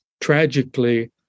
tragically